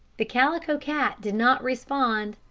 the calico cat did not respond.